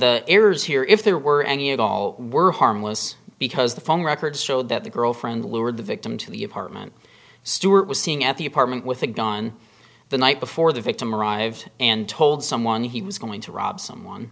errors here if there were any at all were harmless because the phone records show that the girlfriend lured the victim to the apartment stuart was seeing at the apartment with a gun the night before the victim arrived and told someone he was going to rob someone